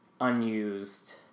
unused